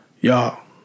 Y'all